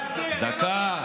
דקה,